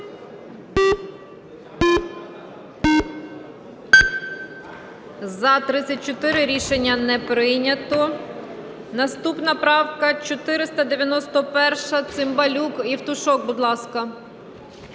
За-34 Рішення не прийнято. Наступна правка 491-а, Цимбалюк. Євтушок, будь ласка.